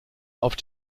auf